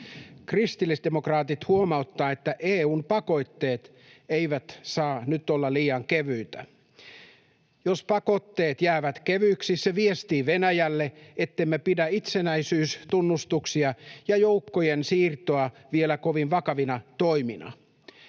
Kristillisdemokraatit huomauttavat, että EU:n pakotteet eivät saa nyt olla liian kevyitä. Jos pakotteet jäävät kevyiksi, se viestii Venäjälle, ettemme pidä itsenäisyystunnustuksia ja joukkojen siirtoja vielä kovin vakavina toimina.